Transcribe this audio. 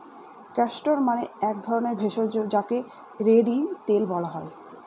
castor মানে এক ধরণের ভেষজ যাকে রেড়ি তেল বলা হয়